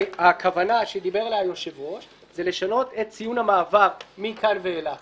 הכוונה שדיבר עליה היושב-ראש זה לשנות את ציון המעבר מכאן ואילך